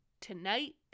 tonight